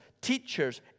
teachers